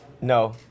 No